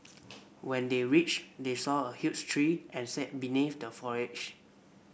when they reach they saw a huge tree and sat beneath the foliage